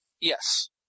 Yes